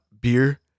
beer